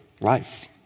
Life